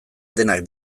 denak